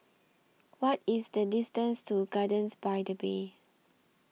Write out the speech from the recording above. What IS The distance to Gardens By The Bay